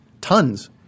Tons